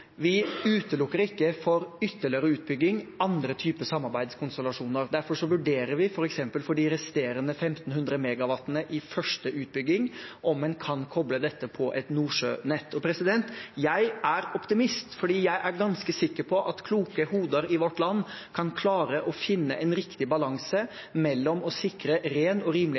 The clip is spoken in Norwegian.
Vi utelukker ikke for ytterligere utbygging andre typer samarbeidskonstellasjoner. Derfor vurderer vi f.eks. for de resterende 1 500 MW i første utbygging om en kan koble dette på et nordsjønett. Jeg er optimist, for jeg er ganske sikker på at kloke hoder i vårt land kan klare å finne en riktig balanse mellom å sikre ren og